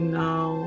now